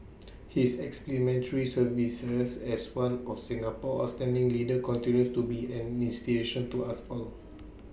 his exemplary services as one of Singapore's outstanding leaders continues to be an inspiration to us all